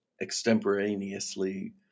extemporaneously